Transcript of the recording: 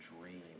dream